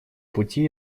пути